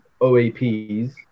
OAPs